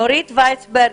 נורית וייסברג,